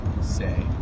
say